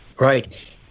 Right